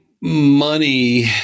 money